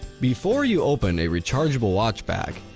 before you open a rechargeable watch back,